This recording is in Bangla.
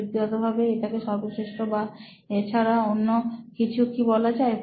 প্রযুক্তিগতভাবে এটাকে সর্বশ্রেষ্ঠ বা এছাড়া অন্য কিছু কি বলা যায়